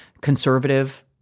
conservative